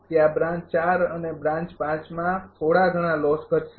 ત્યાં બ્રાન્ચ 4 અને બ્રાન્ચ 5માં થોડા ઘણા લોસ ઘટશે